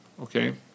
Okay